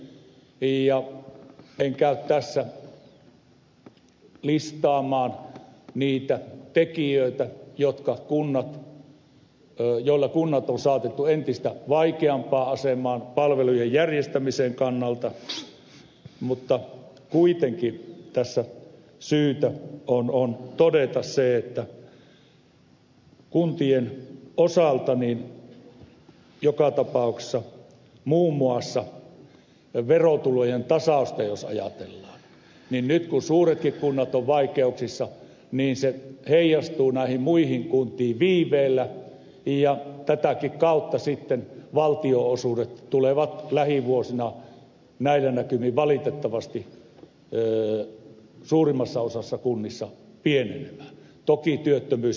en käy tässä listaamaan niitä tekijöitä joilla kunnat on saatettu entistä vaikeampaan asemaan palvelujen järjestämisen kannalta mutta kuitenkin tässä syytä on todeta se että jos kuntien osalta joka tapauksessa muun muassa verotulojen tasausta ajatellaan niin nyt kun suuretkin kunnat ovat vaikeuksissa se heijastuu näihin muihin kuntiin viiveellä ja tätäkin kautta sitten valtionosuudet tulevat lähivuosina näillä näkymin valitettavasti suurimmassa osassa kunnista pienenemään toki työttömyys ja muutkin tekijät